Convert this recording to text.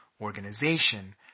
organization